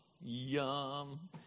yum